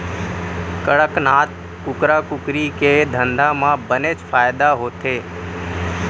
कड़कनाथ कुकरा कुकरी के धंधा म बनेच फायदा होथे